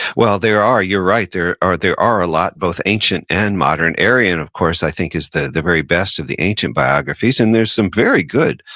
well, there are, you're right. there are there are a lot both ancient and modern. arrian, of course, i think is the the very best of the ancient biographies, and there's some very good,